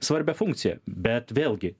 svarbią funkciją bet vėlgi